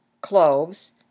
cloves